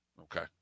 Okay